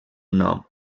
nom